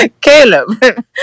Caleb